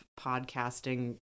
podcasting